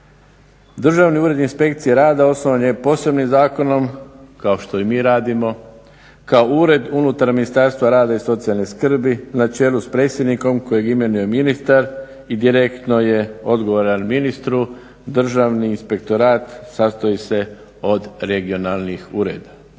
državni ured inspekcije rada osnovan je posebnim zakonom, kao što i mi radimo, kao ured unutar Ministarstva rada i socijalne skrbi na čelu s predsjednikom kojeg imenuje ministar i direktno je odgovoran ministru. Državni inspektorat sastoji se od regionalnih ureda.